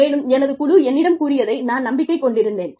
மேலும் எனது குழு என்னிடம் கூறியதை நான் நம்பிக்கை கொண்டிருந்தேன்